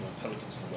Pelicans